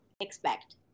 expect